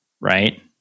right